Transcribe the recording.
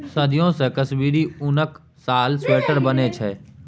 सदियों सँ कश्मीरी उनक साल, स्वेटर बनै छै